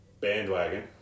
Bandwagon